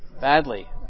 Badly